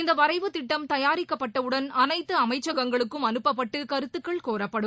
இந்த வரைவு திட்டம் தயாரிக்கப்பட்டவுடன் அனைத்து அமைச்சகங்களுக்கும் அனுப்பப்பட்டு கருத்துக்கள் கோரப்படும்